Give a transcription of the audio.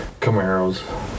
Camaros